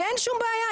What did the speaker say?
ואין שום בעיה,